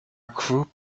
group